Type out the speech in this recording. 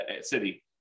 city